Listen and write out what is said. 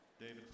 David